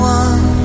one